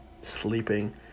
sleeping